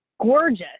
gorgeous